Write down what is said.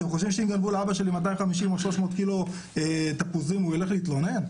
אתם חושבים שאם גנבו לאבא שלי 250 או 300 קילו תפוזים הוא ילך להתלונן?